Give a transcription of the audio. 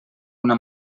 una